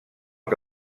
que